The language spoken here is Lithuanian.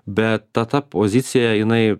bet ta ta pozicija jinai